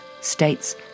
states